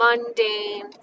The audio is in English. mundane